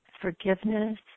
forgiveness